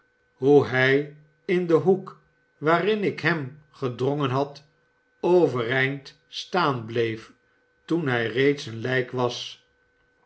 hoe hij in den hoek waarin ik hem gedrongen had overeind slaan bleef toen hij reeds een lijk was